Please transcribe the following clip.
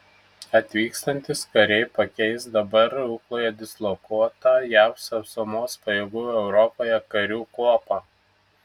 atvykstantys kariai pakeis dabar rukloje dislokuotą jav sausumos pajėgų europoje karių kuopą